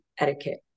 etiquette